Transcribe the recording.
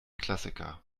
klassiker